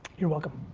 you're welcome.